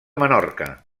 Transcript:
menorca